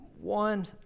one